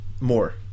more